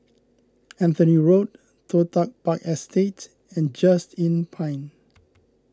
Anthony Road Toh Tuck Park Estate and Just Inn Pine